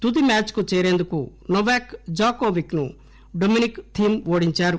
తుది మ్యాచ్ కు చేరేందుకు నోవాక్ జాకోవిక్ ను డొమినిక్ థీమ్ ఓడించారు